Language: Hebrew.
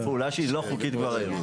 -- זו פעולה שהיא לא חוקית כבר היום.